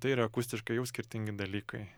tai yra akustiškai jau skirtingi dalykai